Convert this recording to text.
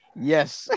Yes